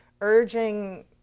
urging